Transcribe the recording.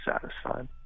satisfied